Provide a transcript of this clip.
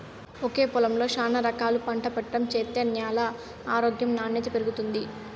ఒకే పొలంలో శానా రకాలు పంట పెట్టడం చేత్తే న్యాల ఆరోగ్యం నాణ్యత పెరుగుతుంది